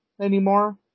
anymore